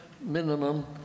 minimum